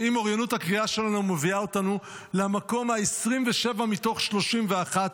אם אוריינות הקריאה שלנו מביאה אותנו למקום ה-27 מתוך 31,